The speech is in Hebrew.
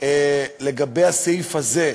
לגבי הסעיף הזה,